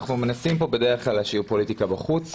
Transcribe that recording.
אנחנו מנסים כאן בדרך כלל להשאיר פוליטיקה בחוץ.